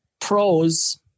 Pros